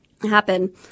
happen